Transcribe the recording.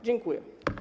Dziękuję.